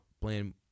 playing